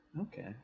Okay